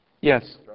Yes